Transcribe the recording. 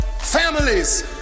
families